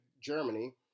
Germany